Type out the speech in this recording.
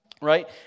Right